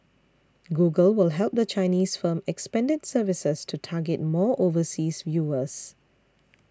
google will help the Chinese firm expand its services to target more overseas viewers